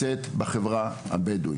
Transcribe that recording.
נמצאת בחברה הבדואית.